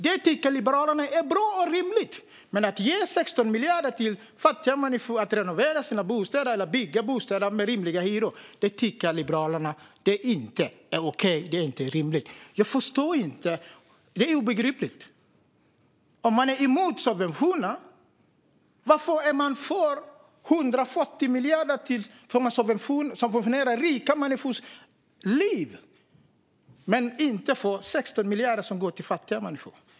Detta tycker Liberalerna är bra och rimligt, men att ge 16 miljarder till fattiga människor för att renovera sina bostäder eller för att man ska kunna bygga bostäder med rimliga hyror tycker Liberalerna inte är okej. Det är inte rimligt. Jag förstår inte. Det är obegripligt. Om man är mot subventioner, varför är man för bidrag på 140 miljarder för att subventionera rika människors liv? Men man är inte för 16 miljarder till fattiga människor.